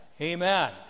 Amen